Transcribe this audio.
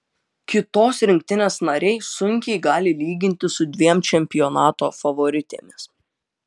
kitos rinktinės nariai sunkiai gali lygintis su dviem čempionato favoritėmis